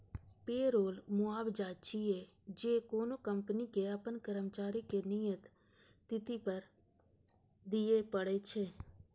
payroll मुआवजा छियै, जे कोनो कंपनी कें अपन कर्मचारी कें नियत तिथि पर दियै पड़ै छै